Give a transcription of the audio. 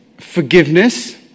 forgiveness